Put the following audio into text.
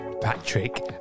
Patrick